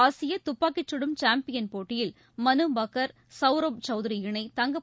ஆசிய துப்பாக்கிச் சுடும் சாம்பியன் போட்டியில் மனு பாக்கர் சவுரப் சௌத்ரி இணை தங்கப்